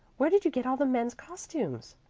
where did you get all the men's costumes?